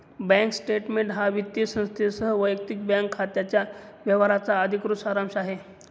bank statement हा वित्तीय संस्थेसह वैयक्तिक बँक खात्याच्या व्यवहारांचा अधिकृत सारांश आहे